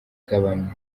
gabanya